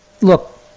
Look